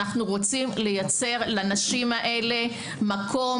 אנחנו רוצים לייצר לנשים האלה מקום,